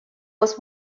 was